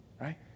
right